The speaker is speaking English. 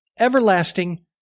Everlasting